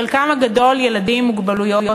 חלקם הגדול ילדים עם מוגבלויות